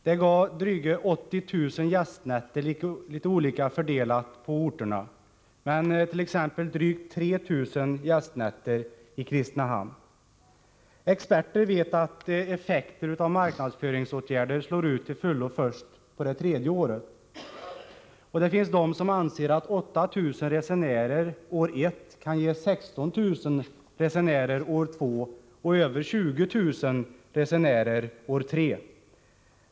Det gav dryga 80 000 gästnätter — litet olika fördelat på orterna, men t.ex. drygt 3 000 gästnätter i Kristinehamn. Experter vet att effekter av marknadsföringsåtgärder slår ut till fullo först på det tredje året. Det finns de som anser att 8 000 resenärer år ett kan ge 16 000 resenärer år två och över 20 000 resenärer år tre.